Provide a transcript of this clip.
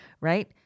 right